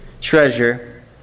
treasure